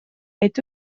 est